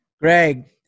Greg